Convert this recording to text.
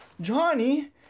Johnny